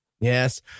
Yes